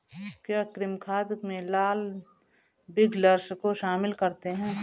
क्या कृमि खाद में लाल विग्लर्स को शामिल करते हैं?